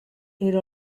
era